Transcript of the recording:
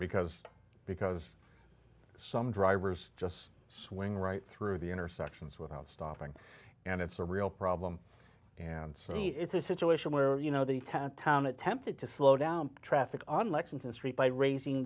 because because some drivers just swing right through the intersections without stopping and it's a real problem and so it's a situation where you know the town attempted to slow down traffic on lexington street by raising